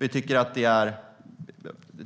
Vi tycker